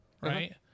Right